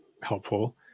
helpful